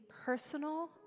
personal